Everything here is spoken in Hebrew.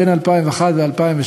בין 2001 ל-2003,